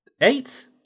Eight